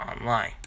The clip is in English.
online